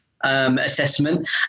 assessment